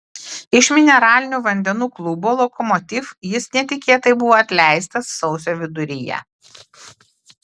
iš mineralinių vandenų klubo lokomotiv jis netikėtai buvo atleistas sausio viduryje